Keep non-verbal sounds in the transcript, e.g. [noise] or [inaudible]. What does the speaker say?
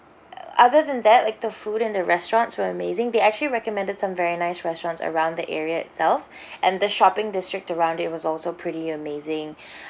uh other than that like the food in the restaurants were amazing they actually recommended some very nice restaurants around the area itself [breath] and the shopping district around it was also pretty amazing [breath]